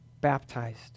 baptized